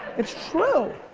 it's true.